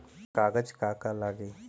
कागज का का लागी?